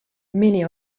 many